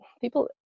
people